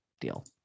deal